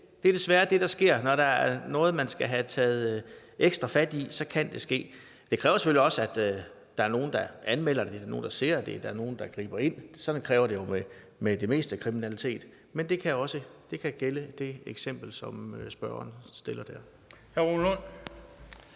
Det er desværre det, der sker, når der er noget, man skal have taget ekstra fat i. Så kan det ske. Det kræver selvfølgelig også, at der er nogle, der anmelder det, at der er nogle, der ser det, at der er nogle, der griber ind. Det er et krav ved det meste kriminalitet. Det kan også gælde det eksempel, som spørgeren beskriver der.